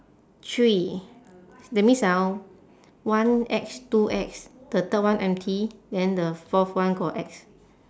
three that means ah one axe two axe the third one empty then the fourth one got axe